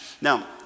Now